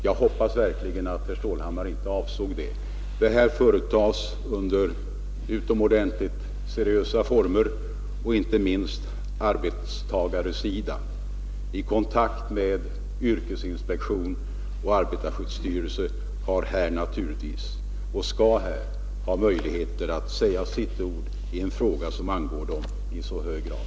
Jag hoppas verkligen att det inte var herr Stålhammars avsikt. Detta arbete företas under utomordentligt seriösa former, och inte minst arbetstagarsidan i kontakt med yrkesinspektion och arbetarskyddsstyrelse skall här få möjligheter att säga sitt ord i en fråga, som angår dem i så hög grad.